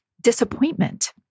disappointment